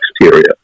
exterior